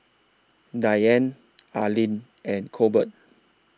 Diane Arlyn and Colbert